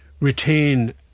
retain